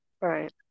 Right